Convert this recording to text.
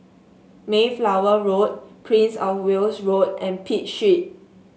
Mayflower Road Prince Of Wales Road and Pitt Street